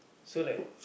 so like